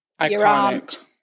Iconic